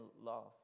love